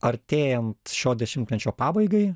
artėjant šio dešimtmečio pabaigai